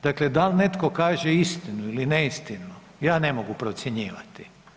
Dakle da li netko kaže istinu ili neistinu, ja ne mogu procjenjivati.